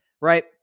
Right